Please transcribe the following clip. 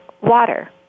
water